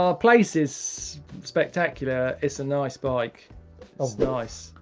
ah place is spectacular. it's a nice bike, it's nice.